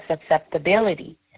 susceptibility